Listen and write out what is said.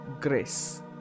grace